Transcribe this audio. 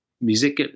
music